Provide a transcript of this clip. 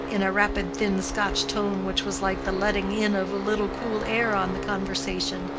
in a rapid thin scotch tone which was like the letting in of a little cool air on the conversation,